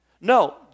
No